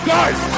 Guys